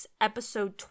Episode